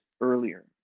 earlier